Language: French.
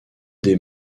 des